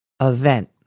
event